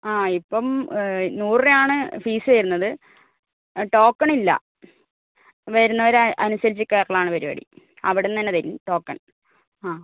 ആ ഇപ്പം നൂറ് രൂപയാണ് ഫീസ് വരുന്നത് ടോക്കൺ ഇല്ല വരുന്നവരെ അനുസരിച്ച് കയറൽ ആണ് പരിപാടി അവിടെ നിന്നുതന്നെ തരും ടോക്കൺ ആ